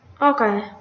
okay